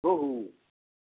روہو